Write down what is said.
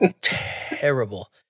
terrible